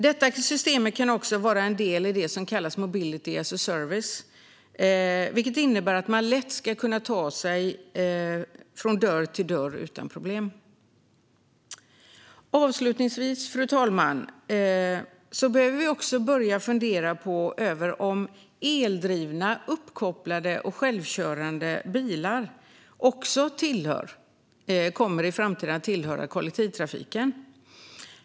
Detta system kan också vara en del i det som kallas mobility as a service, vilket innebär att man lätt och utan problem ska kunna ta sig från dörr till dörr. Avslutningsvis, fru talman, behöver vi börja fundera över om också eldrivna, uppkopplade och självkörande bilar i framtiden kommer att tillhöra kollektivtrafiken.